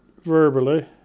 verbally